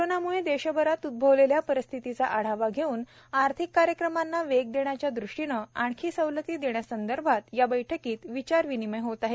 कोरोनामुळे देशभरात उद्गवलेल्या परिस्थितीचा आढावा घेऊन आर्थिक कार्यक्रमांना वेग देण्याच्या दृष्टीनं आणखी सवलती देण्यासंदर्भात या बैठकीत विचार विनिमय होत आहे